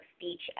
speech